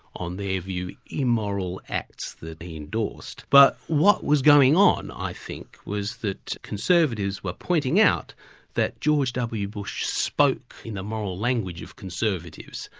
on their view, immoral acts that he endorsed. but what was going on, i think, was that conservatives were pointing out that george w. bush spoke in the moral language of conservatives.